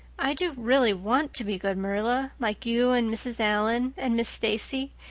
i do really want to be good, marilla, like you and mrs. allan and miss stacy,